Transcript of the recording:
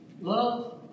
Love